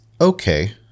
okay